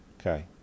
okay